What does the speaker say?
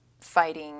fighting